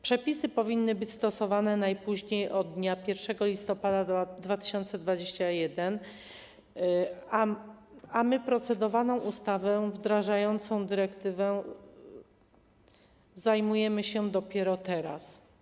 Przepisy powinny być stosowane najpóźniej od dnia 1 listopada 2021 r., a my procedowaną ustawą wdrażającą dyrektywę zajmujemy się dopiero teraz.